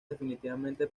definitivamente